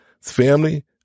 family